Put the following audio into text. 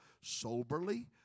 soberly